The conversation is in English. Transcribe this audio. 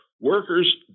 Workers